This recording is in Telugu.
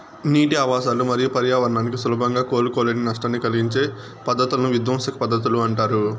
నీటి ఆవాసాలు మరియు పర్యావరణానికి సులభంగా కోలుకోలేని నష్టాన్ని కలిగించే పద్ధతులను విధ్వంసక పద్ధతులు అంటారు